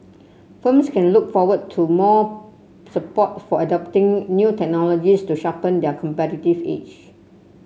firms can look forward to more support for adopting new technologies to sharpen their competitive edge